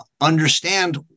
understand